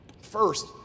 First